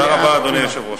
לא הפריעו לו.